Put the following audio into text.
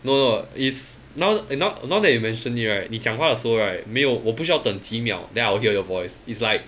no lah is now now now that you mention you right 你讲话的时候 right 没有我不需要等几秒 then I'll hear your voice is like